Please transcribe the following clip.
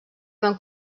van